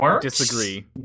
Disagree